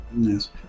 Yes